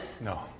No